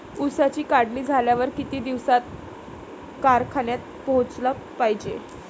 ऊसाची काढणी झाल्यावर किती दिवसात कारखान्यात पोहोचला पायजे?